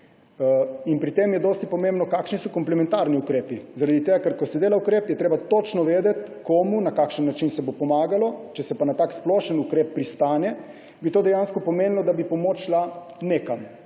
Pri tem je dosti pomembno, kakšni so komplementarni ukrepi, zaradi tega ker ko se dela ukrep, je treba točno vedeti, komu, na kakšen način se bo pomagalo. Če se pa na tak splošen ukrep pristane, bi to dejansko pomenilo, da bi moč šla nekam,